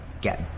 get